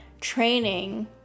training